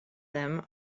them